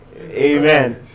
Amen